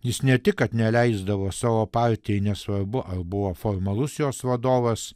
jis ne tik kad neleisdavo savo partijai nesvarbu ar buvo formalus jos vadovas